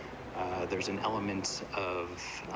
there's an elements of,